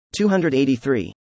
283